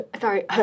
Sorry